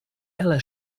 elę